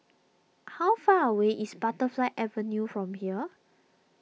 how far away is Butterfly Avenue from here